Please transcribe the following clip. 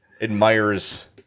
admires